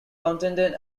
contented